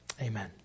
Amen